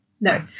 No